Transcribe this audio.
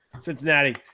Cincinnati